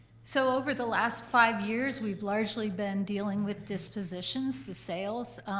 so over the last five years, we've largely been dealing with dispositions, the sales.